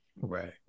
Right